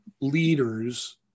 leaders